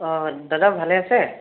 অ দাদা ভালে আছে